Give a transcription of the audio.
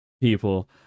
people